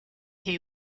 hay